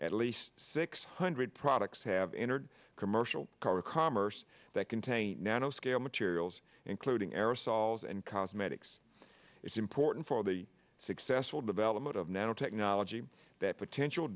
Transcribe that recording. at least six hundred products have entered commercial car commerce that contain nano scale materials including aerosols and cosmetics it's important for the successful development of nanotechnology that potential